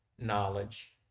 knowledge